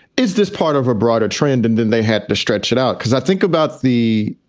is this part of a broader trend? and then they had to stretch it out because i think about the,